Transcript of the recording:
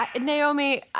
Naomi